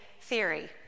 Theory